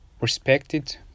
respected